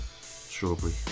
Strawberry